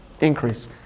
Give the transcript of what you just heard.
increase